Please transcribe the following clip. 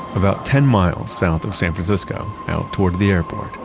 about ten miles south of san francisco, out toward the airport,